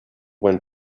when